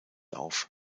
auf